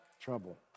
trouble